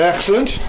Excellent